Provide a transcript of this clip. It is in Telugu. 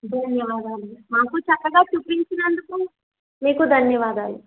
ధన్యవాదాలు మాకు చక్కగా చూపించినందుకు మీకు ధన్యవాదాలు